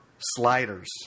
sliders